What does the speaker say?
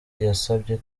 yasabye